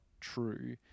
true